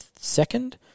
second